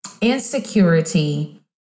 insecurity